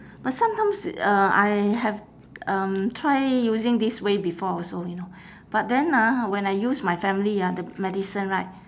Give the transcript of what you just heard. but sometimes uh I have um try using this way before also you know but then ah when I use my family ah the medicine right